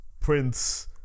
Prince